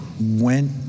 Went